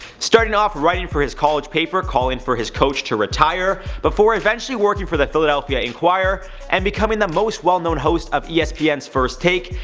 starting off writing for his college paper calling for his coach to retire, before eventually working for the philadelphia inquirer and becoming the most well known host of yeah espn's first take,